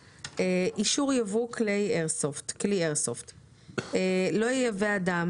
אישור ייבוא כלי איירסופט (א)לא ייבא אדם,